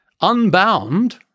unbound